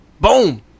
Boom